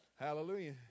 Hallelujah